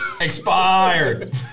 Expired